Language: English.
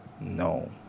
No